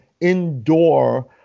indoor